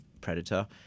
Predator